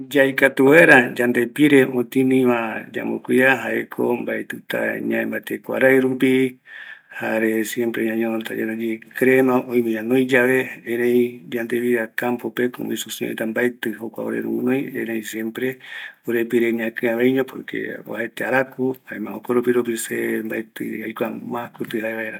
﻿Yaikatu vaera yande pire otiniva yambo cuida, jaeko mbaetita ñaembate kuarairupi, jare siempre ñañonota yandeye krema oime ñanoiyae, erei yande vida kampope yande isoseño reta mbaeti jokua nunga ore roguinoi, erei orepire siempre ñakiaveiño, porque oajaete araku jaema jokoropiropi se mbaeti aikua ma kuti jaevaera